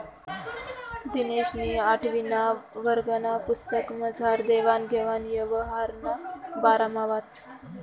दिनेशनी आठवीना वर्गना पुस्तकमझार देवान घेवान यवहारना बारामा वाचं